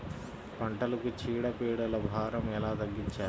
పంటలకు చీడ పీడల భారం ఎలా తగ్గించాలి?